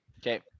Okay